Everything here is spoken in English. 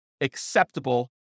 acceptable